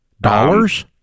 Dollars